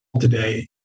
today